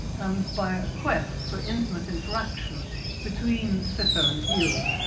and by a quest for intimate interaction between sitter and viewer,